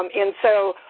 um and so,